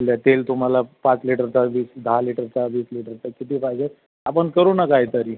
तेल तुम्हाला पाच लिटरचा वीस दहा लिटरचा वीस लिटरचा किती पाहिजे आपण करू ना काय तरी